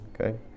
okay